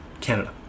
canada